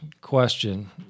question